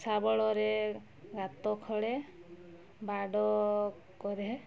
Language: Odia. ଶାବଳରେ ଗାତ ଖୋଳେ ବାଡ଼ କରେ